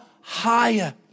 higher